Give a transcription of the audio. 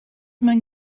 men